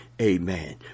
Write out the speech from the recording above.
Amen